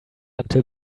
until